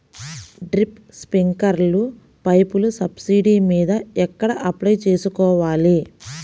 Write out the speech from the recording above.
Drip, స్ప్రింకర్లు పైపులు subsidy మీద ఎక్కడ అప్లై చేసుకోవాలి?